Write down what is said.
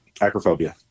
Acrophobia